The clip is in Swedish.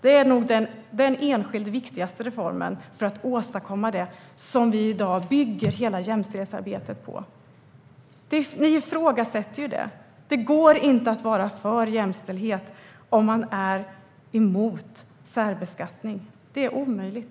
Det är nog den enskilt viktigaste reformen för att åstadkomma det som vi i dag bygger hela jämställdhetsarbetet på. Ni ifrågasätter det. Det går inte att vara för jämställdhet om man är emot särbeskattning. Det är omöjligt.